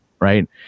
right